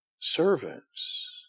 servants